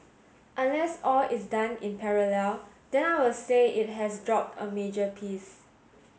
unless all is done in parallel then I will say it has dropped a major piece